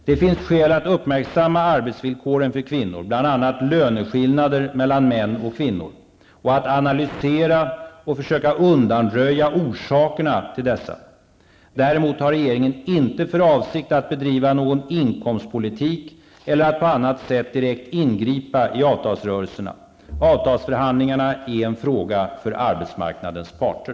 Det finns skäl att uppmärksamma arbetsvillkoren för kvinnor, bl.a. löneskillnader mellan män och kvinnor, och att analysera -- och försöka undanröja -- orsakerna till dessa. Däremot har regeringen inte för avsikt att bedriva någon inkomstpolitik eller att på annat sätt direkt ingripa i avtalsrörelserna. Avtalsförhandlingarna är en fråga för arbetsmarknadens parter.